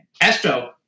Astro